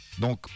Donc